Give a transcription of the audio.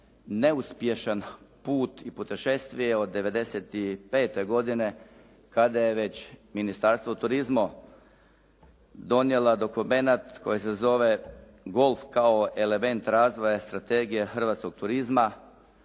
se ne razumije./ … od '95. godine kada je već Ministarstvo turizma donijelo dokument koji se zove "Golf kao element razvoja i strategije hrvatskog turizma"